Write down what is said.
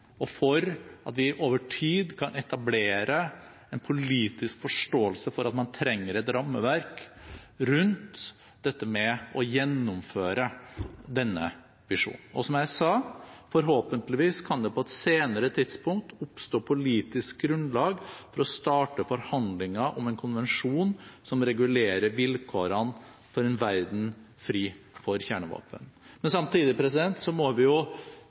og for at vi over tid kan etablere en politisk forståelse for at man trenger et rammeverk rundt å gjennomføre denne visjonen. Og som jeg sa, forhåpentligvis kan det på et senere tidspunkt oppstå politisk grunnlag for å starte forhandlinger om en konvensjon som regulerer vilkårene for en verden fri for kjernevåpen. Vi må nå også understreke at den akutte faren vi